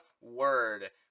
word